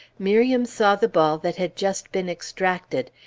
miriam saw the ball that had just been extracted.